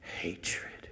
hatred